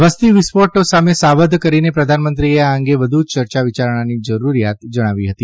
વસ્તી વિસ્ફોટ સામે સાવધ કરીને પ્રધાનમંત્રીએ આ અંગે વધુ ચર્ચા વિચારણાની જરૂર જણાવી હતી